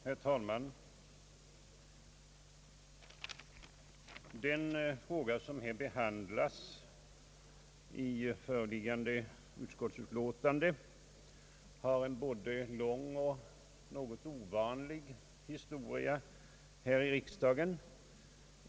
Herr talman! Den fråga som behandlas i föreliggande utskottsutlåtande har en både lång och ovanlig historia här i riksdagen.